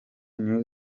new